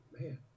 man